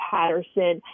Patterson